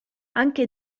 anche